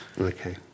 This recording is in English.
Okay